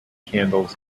candles